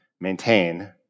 maintain